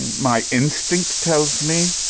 my instinct tells me,